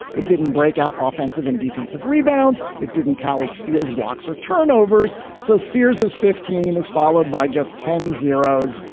it didn't break out offensive and defensive rebounds. it didn't tally steals, blocks or turnovers. so series as fifteen is followed by just ten zeros,